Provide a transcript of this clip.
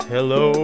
Hello